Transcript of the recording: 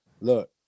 look